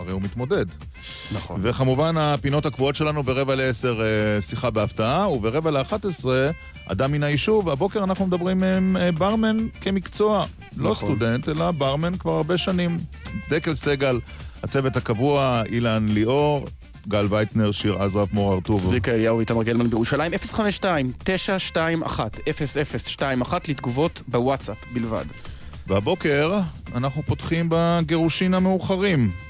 הרי הוא מתמודד. נכון. וכמובן, הפינות הקבועות שלנו, ברבע לעשר, אה, שיחה בהפתעה, וברבע לאחת עשרה, אדם מן היישוב, והבוקר אנחנו מדברים עם, אה, ברמן כמקצוע. לא נכון. סטודנט, אלא ברמן כבר הרבה שנים. דקל סגל, הצוות הקבוע, אילן ליאור, גל ויצנר, שיר עזרא, מור הרטוב. צביקה אליהו ואיתמר גלמן בירושלים, 052-921-0021, לתגובות בוואטסאפ בלבד. והבוקר אנחנו פותחים בגירושין המאוחרים.